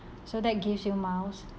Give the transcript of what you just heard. so that gives you miles